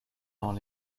dans